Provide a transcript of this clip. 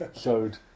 showed